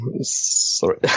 Sorry